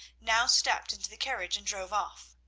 now stepped into the carriage and drove off.